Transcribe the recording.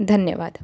धन्यवाद